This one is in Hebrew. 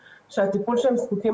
הרשות הודיעה שהיא לא רוצה לממן